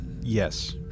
Yes